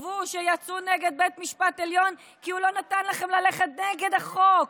שיצאו נגד בית המשפט העליון כי הוא לא נתן לכם ללכת נגד החוק,